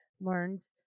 learned